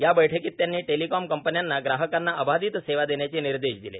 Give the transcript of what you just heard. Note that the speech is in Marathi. या बैठकीत त्यांनी द्संचार कंपन्यांना ग्राहकांना अबाधित सेवा देण्याचे निर्देश दिले